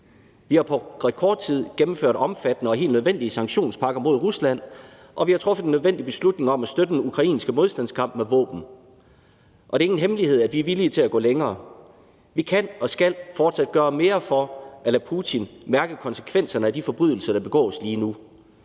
Vi har på rekordtid gennemført omfattende og helt nødvendige sanktionspakker mod Rusland, og vi har truffet en nødvendig beslutning om at støtte den ukrainske modstandskamp med våben, og det er ingen hemmelighed, at vi er villige til at gå længere. Vi kan og skal fortsat gøre mere for at lade Putin mærke konsekvenserne af de forbrydelser, der begås lige nu.